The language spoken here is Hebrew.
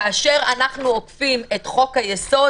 כאשר אנו עוקפים את חוק היסוד,